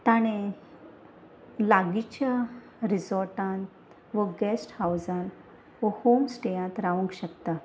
ताणें लागींच्या रिझॉर्टान वो गॅस्ट हावझान वो होमस्टेयांत रावंक शकता